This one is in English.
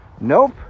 Nope